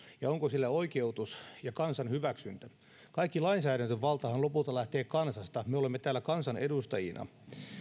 ja onko sillä oikeutus ja kansan hyväksyntä kaikki lainsäädäntövaltahan lopulta lähtee kansasta me olemme täällä kansan edustajina